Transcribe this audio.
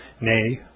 nay